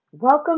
Welcome